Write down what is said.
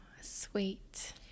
sweet